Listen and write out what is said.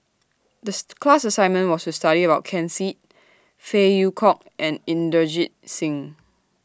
This class assignment was to study about Ken Seet Phey Yew Kok and Inderjit Singh